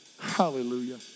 Hallelujah